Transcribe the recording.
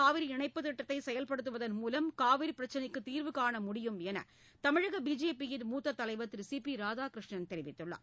கோதாவரி காவிரி இணைப்புத் திட்டத்தை செயல்படுத்துவதள் மூலம் காவிரி பிரச்னைக்கு தீர்வுகாண முடியும் என தமிழக பிஜேபியின் மூத்த தலைவர் திரு சி பி ராதாகிருஷ்ணன் தெரிவித்துள்ளார்